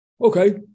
Okay